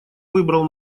выбрал